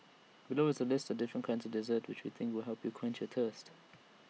below is A list of different kinds of desserts which we think will help quench your thirst